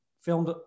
filmed